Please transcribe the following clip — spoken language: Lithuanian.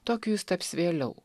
tokiu jis taps vėliau